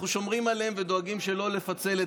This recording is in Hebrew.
אנחנו שומרים עליהם ודואגים שלא לפצל את